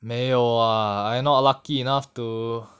没有 ah I not lucky enough to